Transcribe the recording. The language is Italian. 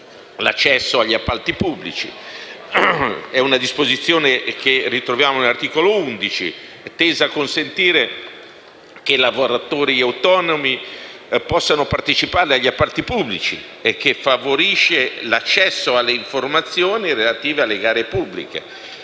sull’accesso agli appalti pubblici. Si tratta di una disposizione che ritroviamo nell’articolo 11; tale disposizione è tesa a consentire che i lavoratori autonomi possano partecipare agli appalti pubblici e favorisce l’accesso alle informazioni relative alle gare pubbliche.